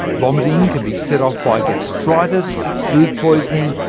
vomiting can be set off by gastritis, food poisoning,